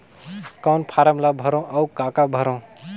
कौन फारम ला भरो और काका भरो?